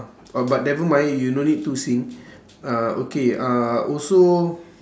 oh but never mind you no need to sing uh okay uh also